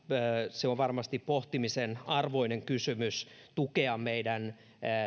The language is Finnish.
se on varmasti pohtimisen arvoinen kysymys miten tukea meidän